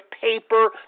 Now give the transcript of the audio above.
paper